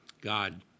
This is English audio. God